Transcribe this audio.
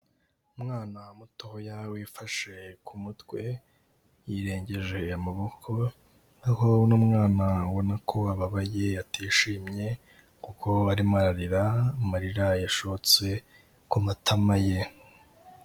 Umwana mutoya wifashe ku mutwe yirengeje amaboko aho uno mwana ubona ko ababaye, atishimye kuko arimo ararira amarira yashotse ku matama ye.